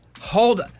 Hold